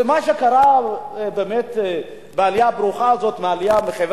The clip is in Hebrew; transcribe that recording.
ומה שקרה הוא שבאמת בעלייה הברוכה הזאת מחבר